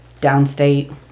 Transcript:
downstate